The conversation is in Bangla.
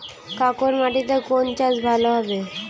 কাঁকর মাটিতে কোন চাষ ভালো হবে?